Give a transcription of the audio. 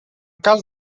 cas